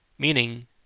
Meaning